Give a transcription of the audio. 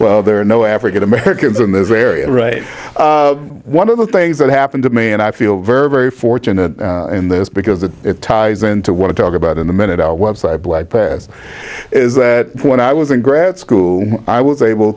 well there are no african americans in this area right one of the things that happened to me and i feel very very fortunate in this because it ties in to want to talk about in a minute our website black pass is that when i was in grad school i was able